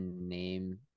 name